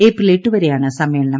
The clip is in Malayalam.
ഏപ്രിൽ എട്ടുവരെയാണ് സമ്മേളനം